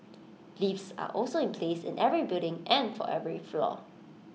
lifts are also in place in every building and for every floor